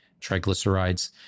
triglycerides